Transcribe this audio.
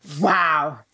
Wow